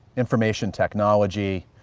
information technology,